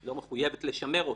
לא מחויבת לשמר אותו,